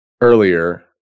Earlier